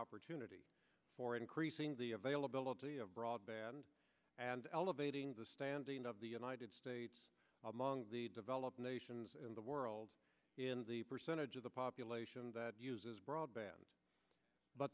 to nitty for increasing the availability broadband and elevating the standing of the united states among the developed nations in the world in the percentage of the population that uses broadband but